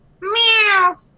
Meow